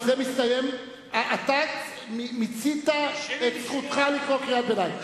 אתה מיצית את זכותך לקרוא קריאת ביניים.